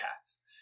cats